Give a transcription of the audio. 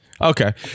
Okay